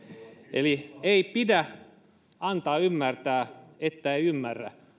eli ei pidä antaa ymmärtää että ei ymmärrä